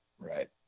right